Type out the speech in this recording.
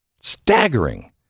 staggering